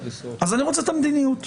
אני רוצה את המדיניות.